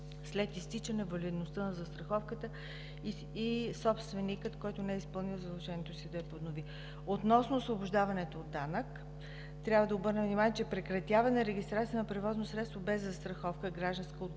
след изтичане валидността на застраховката и собственикът, който не е изпълнил задължението си, да я поднови. Относно освобождаването от данък трябва да обърна внимание, че прекратяване регистрацията на превозно средство без застраховка „Гражданска отговорност”